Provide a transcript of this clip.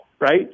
right